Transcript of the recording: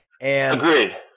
Agreed